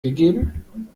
gegeben